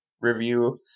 review